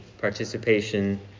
participation